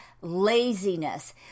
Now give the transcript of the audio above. laziness